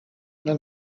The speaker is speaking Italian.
non